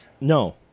No